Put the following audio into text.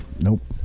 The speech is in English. nope